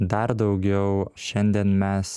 dar daugiau šiandien mes